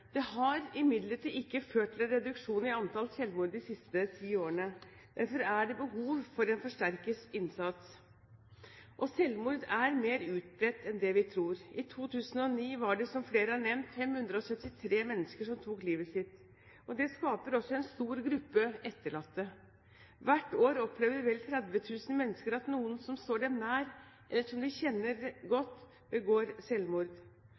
har imidlertid ikke ført til reduksjon i antall selvmord de siste ti årene. Derfor er det behov for en forsterket innsats. Selvmord er mer utbredt enn det vi tror. I 2009 var det, som flere har nevnt, 573 mennesker som tok livet sitt. Det skaper også en stor gruppe etterlatte. Hvert år opplever vel 30 000 mennesker at noen som står dem nær, eller som de kjenner godt, begår selvmord.